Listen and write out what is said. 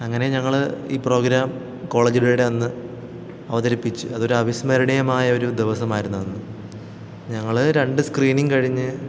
അങ്ങനെ ഞങ്ങൾ ഈ പ്രോഗ്രാം കോളേജ് ഡേയുടെ അന്ന് അവതരിപ്പിച്ച് അതൊരു അവിസ്മരണീയമായ ഒരു ദിവസമായിരുന്നു അന്ന് ഞങ്ങൾ രണ്ട് സ്ക്രീനിങ്ങ് കഴിഞ്ഞ്